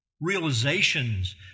Realizations